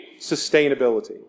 sustainability